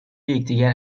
یکدیگر